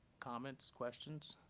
comments, questions?